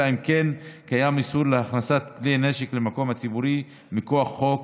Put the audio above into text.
אלא אם כן קיים איסור להכנסת כלי נשק למקום הציבורי מכוח חוק,